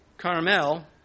Carmel